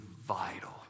vital